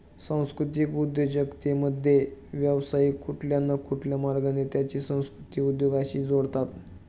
सांस्कृतिक उद्योजकतेमध्ये, व्यावसायिक कुठल्या न कुठल्या मार्गाने त्यांची संस्कृती उद्योगाशी जोडतात